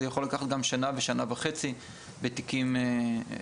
זה יכול לקחת גם שנה ושנה וחצי בתיקים כאלה.